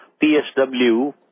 PSW